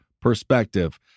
perspective